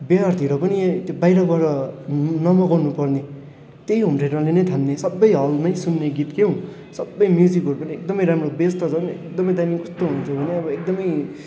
बिहेहरूतिर पनि त्यो बाहिरबाट नमगाउनु पर्ने त्यही होम थेटरले नै थाम्ने सबै हलमै सुन्ने गीत के हो सबै म्युजिकहरू पनि एकदमै राम्रो बेस त झन् एकदमै दामी कस्तो हुन्छ भने अब एकदमै